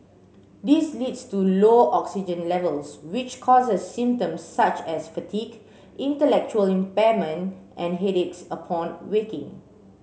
this leads to low oxygen levels which causes symptoms such as fatigue intellectual impairment and headaches upon waking